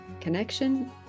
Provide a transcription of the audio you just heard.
connection